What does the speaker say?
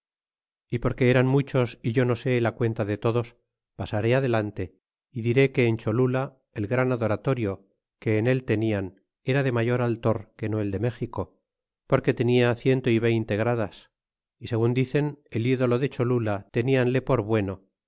y porque eran muchos é yo no sé la cuenta de todos pasaré adelante y diré que en cholula el gran adoratorio que en él tenian era de mayor altor que no el de méxico porque tenia ciento y veinte gradas y segun dicen el ídolo de cholula teníanle por bueno